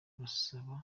bazaba